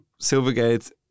Silvergate